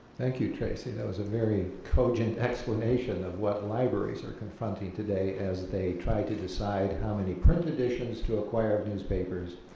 thank you tracey, that was a very cogent explanation of what libraries are confronting today as they try to decide how many print additions to acquire newspapers,